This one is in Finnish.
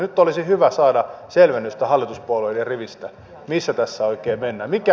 nyt olisi hyvä saada selvennys hallituspuolueiden rivistä missä tässä oikein mennään